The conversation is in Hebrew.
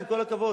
עם כל הכבוד.